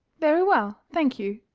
very well, thank you.